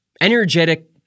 Energetic